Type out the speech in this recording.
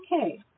Okay